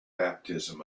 baptism